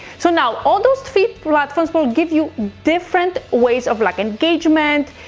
so now all those three platforms will give you different ways of like engagement,